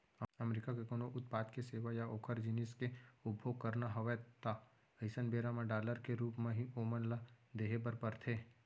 अमरीका के कोनो उत्पाद के सेवा या ओखर जिनिस के उपभोग करना हवय ता अइसन बेरा म डॉलर के रुप म ही ओमन ल देहे बर परथे